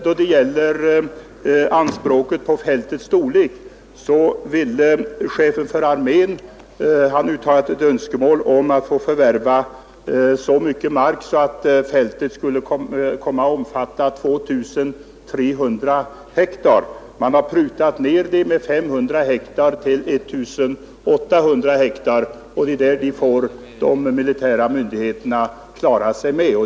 Då det gäller anspråket på fältets storlek hade chefen för armén uttalat ett önskemål om att få förvärva så mycket mark att fältet skulle komma att omfatta 2 300 ha. Man har prutat ner det med 500 ha till 1 800 ha, och det får de militära myndigheterna klara sig med.